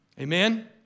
Amen